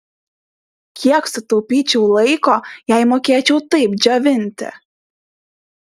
kiek sutaupyčiau laiko jei mokėčiau taip džiovinti